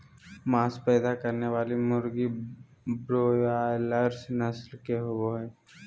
मांस पैदा करने वाली मुर्गी ब्रोआयालर्स नस्ल के होबे हइ